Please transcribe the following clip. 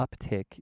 uptick